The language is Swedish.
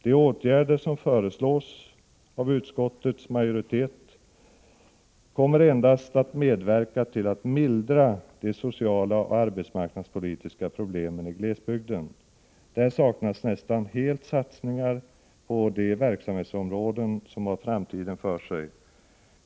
De åtgärder som föreslås av utskottets majoritet kommer endast att medverka till att mildra de sociala och arbetsmarknadspolitiska problemen i glesbygden. Där saknas nästan helt satsningar på de verksamhetsområden som har framtiden för sig.